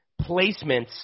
placements